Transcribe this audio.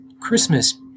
Christmas